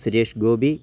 Suresh Gopi